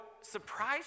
surprise